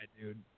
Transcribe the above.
dude